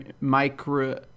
Micro